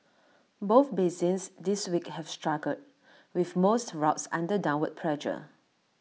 both basins this week have struggled with most routes under downward pressure